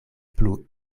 plu